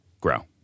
grow